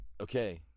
Okay